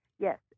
Yes